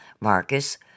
Marcus